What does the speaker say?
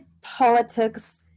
politics